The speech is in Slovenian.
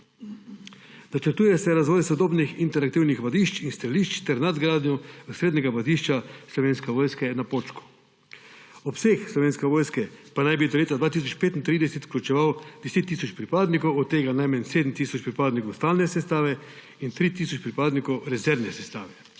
Načrtuje se razvoj sodobnih interaktivnih vadišč in strelišč ter nadgradnja srednjega vadišča Slovenske vojske je na Počku. Obseg Slovenske vojske pa naj bi do leta 2035 vključeval 10 tisoč pripadnikov, od tega najmanj 7 tisoč pripadnikov stalne sestave in tri tisoč pripadnikov rezervne sestave